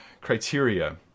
criteria